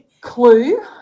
clue